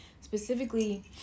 Specifically